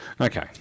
Okay